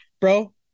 bro